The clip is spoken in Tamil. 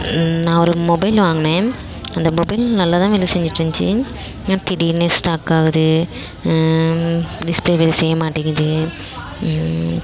நான் ஒரு மொபைல் வாங்கினேன் அந்த மொபைல் நல்லா தான் வேலை செஞ்சுட்ருந்துச்சி ஆனால் திடீரெனு ஸ்டாக் ஆகுது டிஸ்ப்ளே வேலை செய்ய மாட்டேங்குது